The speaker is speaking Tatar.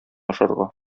ашарга